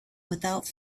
without